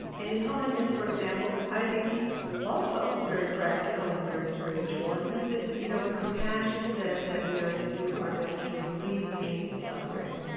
and his holiness, for example, i think he's also very practical and very spiritual, and he says, you know, compassion says that we are to do our best to relieve pain and suffering.